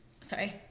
sorry